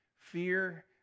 Fear